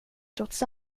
trots